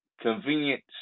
convenient